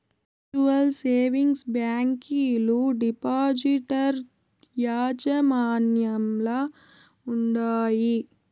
mutual savings బ్యాంకీలు depositor యాజమాన్యంల ఉండాయి